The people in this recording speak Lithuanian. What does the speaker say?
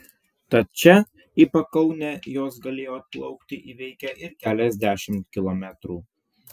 tad čia į pakaunę jos galėjo atplaukti įveikę ir keliasdešimt kilometrų